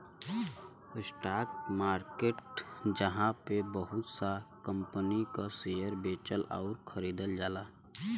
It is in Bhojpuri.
स्टाक मार्केट जहाँ पे बहुत सा कंपनी क शेयर बेचल आउर खरीदल जाला